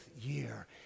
year